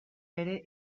ere